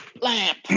lamp